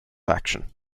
faction